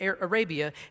Arabia